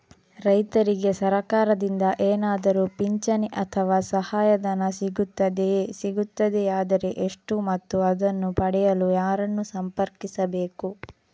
ರೈತರಿಗೆ ಸರಕಾರದಿಂದ ಏನಾದರೂ ಪಿಂಚಣಿ ಅಥವಾ ಸಹಾಯಧನ ಸಿಗುತ್ತದೆಯೇ, ಸಿಗುತ್ತದೆಯಾದರೆ ಎಷ್ಟು ಮತ್ತು ಅದನ್ನು ಪಡೆಯಲು ಯಾರನ್ನು ಸಂಪರ್ಕಿಸಬೇಕು?